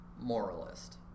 moralist